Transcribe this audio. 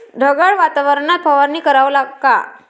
ढगाळ वातावरनात फवारनी कराव का?